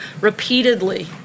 Repeatedly